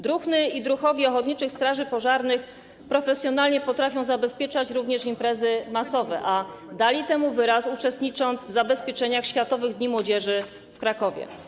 Druhny i druhowie ochotniczych straży pożarnych profesjonalnie potrafią zabezpieczać również imprezy masowe, a dali temu wyraz, uczestnicząc w zabezpieczeniach Światowych Dni Młodzieży w Krakowie.